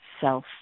self